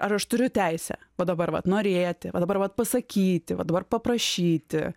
ar aš turiu teisę va dabar va norėti va dabar va pasakyti va dabar paprašyti